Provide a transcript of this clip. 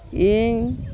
ᱤᱧ